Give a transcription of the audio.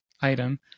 item